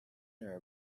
nor